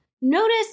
Notice